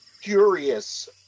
curious